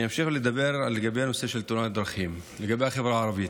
אני אמשיך לדבר על הנושא של תאונות דרכים בחברה הערבית.